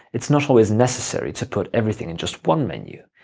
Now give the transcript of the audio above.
it's not always necessary to put everything in just one menu.